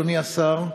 אדוני השר,